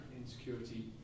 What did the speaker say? insecurity